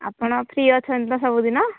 ଆପଣ ଫ୍ରି ଅଛନ୍ତି ତ ସବୁଦିନ